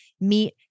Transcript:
meet